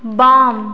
बाम